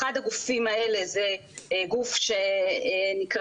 אחד הגופים האלה זה גוף שנקרא,